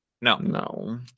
No